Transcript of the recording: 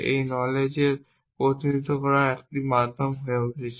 এটি নলেজ এর প্রতিনিধিত্ব করার একটি মাধ্যম হয়ে উঠেছে